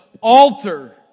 altar